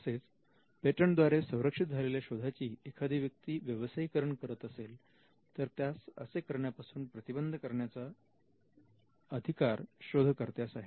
तसेच पेटंट द्वारे संरक्षित झालेल्या शोधाची एखादी व्यक्ती व्यवसायीकरण करत असेल तर त्यास असे करण्यापासून प्रतिबंधित करण्याचा अधिकार शोधकर्त्यास आहे